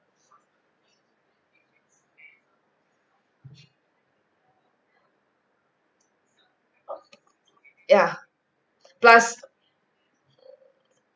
ya plus